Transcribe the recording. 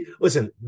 listen